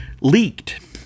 leaked